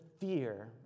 fear